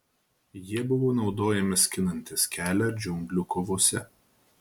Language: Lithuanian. jie buvo naudojami skinantis kelią džiunglių kovose